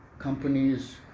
companies